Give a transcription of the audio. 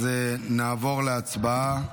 אז נעבור להצבעה.